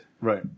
Right